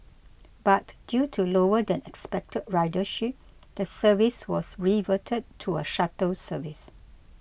but due to lower than expected ridership the service was reverted to a shuttle service